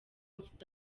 mfite